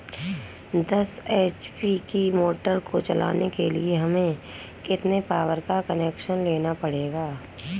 दस एच.पी की मोटर को चलाने के लिए हमें कितने पावर का कनेक्शन लेना पड़ेगा?